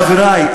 חברי,